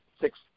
six